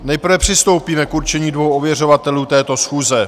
Nejprve přistoupíme k určení dvou ověřovatelů této schůze.